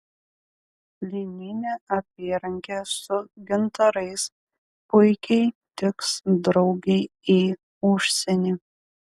lininė apyrankė su gintarais puikiai tiks draugei į užsienį